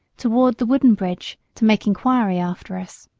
toward the wooden bridge to make inquiry after us.